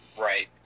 Right